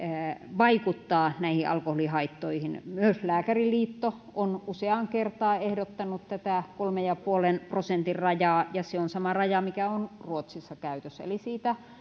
vaikuttaa näihin alkoholihaittoihin myös lääkäriliitto on useaan kertaan ehdottanut tätä kolmen pilkku viiden prosentin rajaa ja se on sama raja mikä on ruotsissa käytössä eli siitä